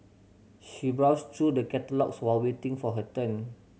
she browsed through the catalogues while waiting for her turn